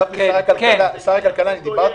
המנכ"ל.